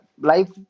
life